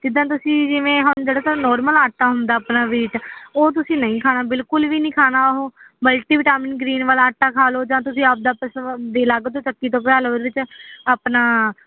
ਜਿੱਦਾਂ ਤੁਸੀਂ ਜਿਵੇਂ ਹੁਣ ਜਿਹੜਾ ਤੁਹਾਨੂੰ ਨੋਰਮਲ ਆਟਾ ਹੁੰਦਾ ਆਪਣਾ ਵੀਟ ਉਹ ਤੁਸੀਂ ਨਹੀਂ ਖਾਣਾ ਬਿਲਕੁਲ ਵੀ ਨਹੀਂ ਖਾਣਾ ਉਹ ਮਲਟੀ ਵਿਟਾਮਿਨ ਗ੍ਰੀਨ ਵਾਲਾ ਆਟਾ ਖਾ ਲਓ ਜਾਂ ਤੁਸੀਂ ਆਪਣਾ ਪਿਸ ਵੀ ਅਲੱਗ ਤੋਂ ਚੱਕੀ ਤੋਂ ਪਿਹਾਅ ਲਓ ਉਹਦੇ 'ਚ ਆਪਣਾ